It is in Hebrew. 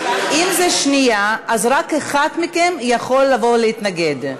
אם זו השנייה, אז רק אחד מכם יכול לבוא להתנגד.